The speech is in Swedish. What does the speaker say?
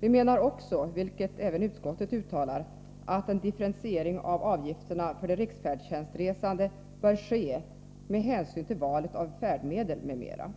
Vi menar också, vilket även utskottet uttalar, att en differentiering av avgifterna för de riksfärdtjänstresande bör ske med hänsyn till valet av färdmedel m.m.